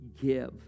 give